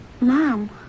Mom